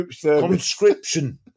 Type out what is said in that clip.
Conscription